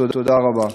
תודה רבה.